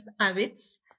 habits